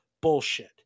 Bullshit